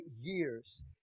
years